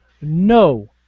No